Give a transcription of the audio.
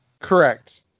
Correct